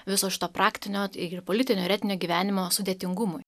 viso šito praktinio ir politinio ir etinio gyvenimo sudėtingumui